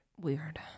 weird